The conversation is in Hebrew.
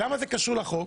למה זה קשור לחוק?